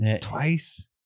twice